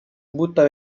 butta